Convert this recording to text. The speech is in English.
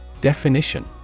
Definition